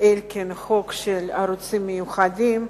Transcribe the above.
אלקין חוק של ערוצים מיוחדים.